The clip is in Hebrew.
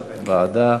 ועדה?